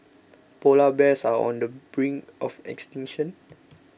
Polar Bears are on the brink of extinction